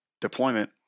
deployment